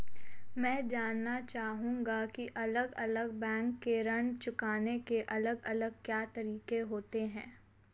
मैं जानना चाहूंगा की अलग अलग बैंक के ऋण चुकाने के अलग अलग क्या तरीके होते हैं?